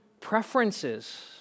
preferences